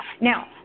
now